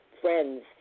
friends